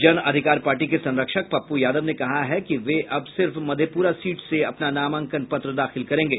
जन अधिकार पार्टी के संरक्षक पप्पू यादव ने कहा है कि वे अब सिर्फ मधेपूरा सीट से अपना नामांकन पत्र दाखिल करेंगे